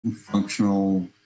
functional